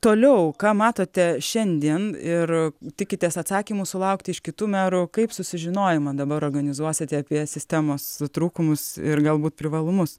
toliau ką matote šiandien ir tikitės atsakymų sulaukti iš kitų merų kaip susižinojimą dabar organizuosite apie sistemos trūkumus ir galbūt privalumus